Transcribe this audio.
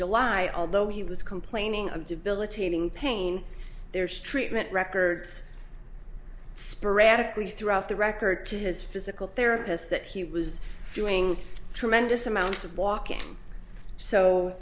july although he was complaining of debilitating pain there is treatment records sporadically throughout the record to his physical therapists that he was doing tremendous amounts of walking so